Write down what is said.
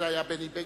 זה היה בני בגין,